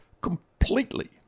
completely